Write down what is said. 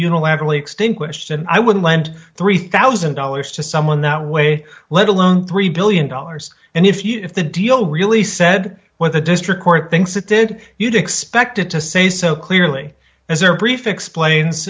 unilaterally extinguished and i would lend three thousand dollars to someone that way let alone three billion dollars and if you if the deal were really said what the district court thinks it did you'd expect it to say so clearly as their brief explains